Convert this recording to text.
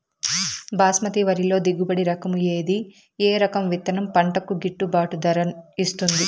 బాస్మతి వరిలో దిగుబడి రకము ఏది ఏ రకము విత్తనం పంటకు గిట్టుబాటు ధర ఇస్తుంది